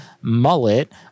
mullet